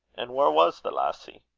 and where was the lassie?